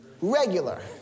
regular